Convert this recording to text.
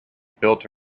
built